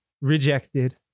rejected